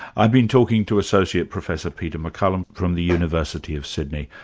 i've been talking to associate professor peter mccallum from the university of sydney.